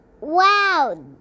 wow